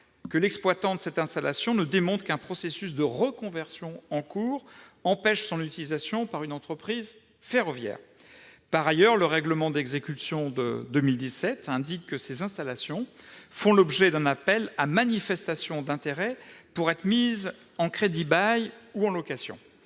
que l'exploitant de cette installation ne démontre qu'un processus de reconversion en cours empêche son utilisation par une entreprise ferroviaire. De plus, le règlement d'exécution de 2017 indique que ces installations font l'objet d'un appel à manifestation d'intérêt pour être mises en crédit-bail ou en location.